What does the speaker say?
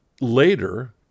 later